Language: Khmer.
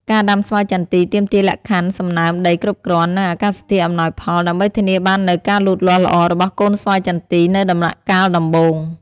ការដាំស្វាយចន្ទីទាមទារលក្ខខណ្ឌសំណើមដីគ្រប់គ្រាន់ និងអាកាសធាតុអំណោយផល ដើម្បីធានាបាននូវការលូតលាស់ល្អរបស់កូនស្វាយចន្ទីនៅដំណាក់កាលដំបូង។